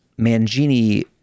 Mangini